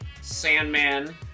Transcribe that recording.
Sandman